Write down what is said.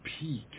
peak